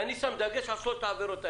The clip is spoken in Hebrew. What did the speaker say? אני שם דגש על שלוש העבירות האלה.